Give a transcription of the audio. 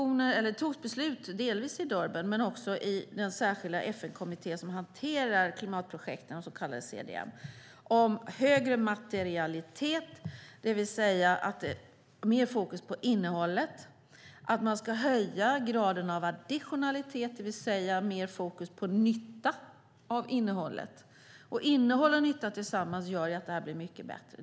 Det har fattats beslut - delvis i Durban men också i den särskilda FN-kommitté som hanterar klimatprojekten, så kallade CDM - om högre materialitet, det vill säga mer fokus på innehållet, och högre additionalitet, det vill säga mer fokus på nytta av innehållet. Innehåll och nytta tillsammans gör att det här blir mycket bättre.